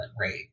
rate